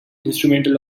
instrumental